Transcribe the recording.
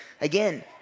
again